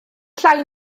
llai